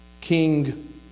King